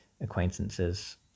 acquaintances